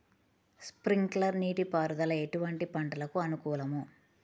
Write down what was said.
Sprinkler నీటిపారుదల ఎటువంటి పంటలకు అనుకూలము?